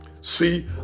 See